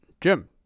Jim